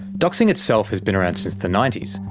doxing itself has been around since the ninety s,